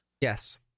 Yes